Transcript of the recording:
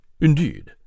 Indeed